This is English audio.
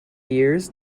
years